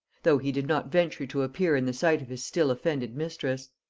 though he did not venture to appear in the sight of his still-offended mistress.